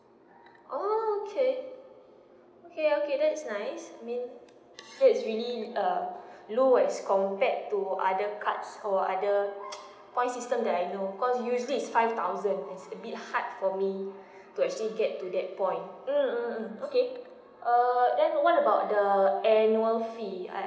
oh okay okay okay that's nice I mean that is really like uh lure as compared to other cards or other point system that I know because usually is five thousand is a bit hard for me to actually get to that point mm mm mm okay err then what about the annual fee I